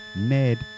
Ned